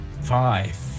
Five